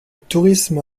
tourisme